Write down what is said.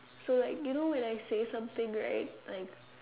so like you know when I say something right like